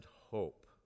hope